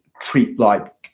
treat-like